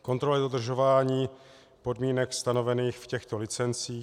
Kontrola dodržování podmínek stanovených v těchto licencích.